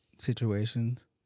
situations